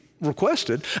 requested